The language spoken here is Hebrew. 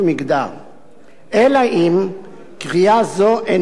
אלא אם קריאה זו אינה מתיישבת עם מטרות